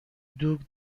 دوگ